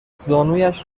زانویش